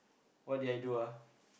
what did I do ah